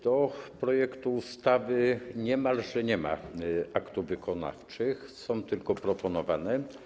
Do projektu ustawy niemalże nie ma aktów wykonawczych, są tylko proponowane.